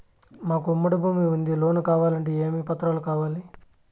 మాకు ఉమ్మడి భూమి ఉంది లోను కావాలంటే ఏమేమి పత్రాలు కావాలి?